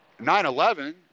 9-11